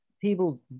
people